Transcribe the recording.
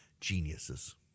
Geniuses